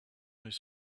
his